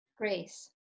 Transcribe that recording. Grace